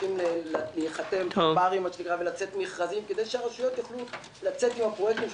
צריכים לצאת מכרזים כדי שהרשויות יוכלו לצאת עם פרויקטים.